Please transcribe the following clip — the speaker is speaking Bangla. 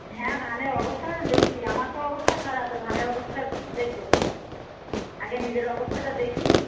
হ্যাঁ ধানের অবস্থা তো দেখছি আমার তো অবস্থা খারাপ তা ধানের অবস্থা দেখবো তো আগে নিজের অবস্থাটা দেখি